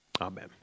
Amen